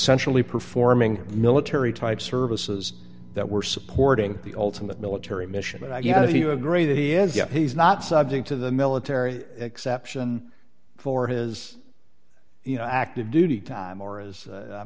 sentially performing military type services that were supporting the ultimate military mission but i you know if you agree that he has yet he's not subject to the military exception for his you know active duty time or as i